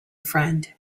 friend